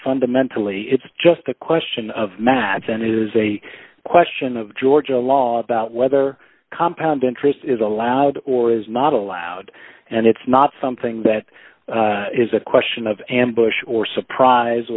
fundamentally it's just a question of math and it is a question of georgia law about whether compound interest is allowed or is not allowed and it's not something that is a question of ambush or surprise